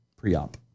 pre-op